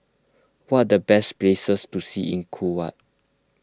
what are the best places to see in Kuwait